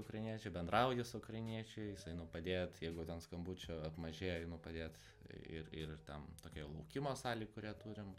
ukrainiečių bendrauju su ukrainiečiais einu padėt jeigu ten skambučių apmažėja einu padėt ir ir tam tokioj laukimo salėj kurią turim